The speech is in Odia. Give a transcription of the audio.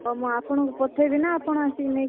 ହଉ ମୁଁ ଆପଣଙ୍କୁ ପଠେଇବି ନା ଆପଣ ଅସିକି ନେଇକି